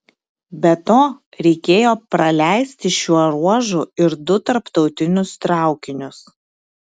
be to reikėjo praleisti šiuo ruožu ir du tarptautinius traukinius